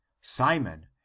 simon